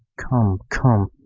come, come,